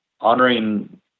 honoring